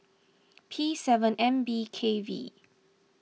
P seven N B K V